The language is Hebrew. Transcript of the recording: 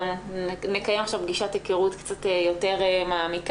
גם נקיים פגישת היכרות יותר מעמיקה.